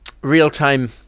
real-time